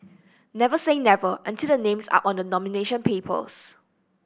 never say never until the names are on the nomination papers